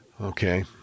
Okay